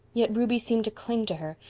yet ruby seemed to cling to her,